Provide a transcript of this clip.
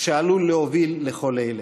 שעלול להוביל לכל אלה.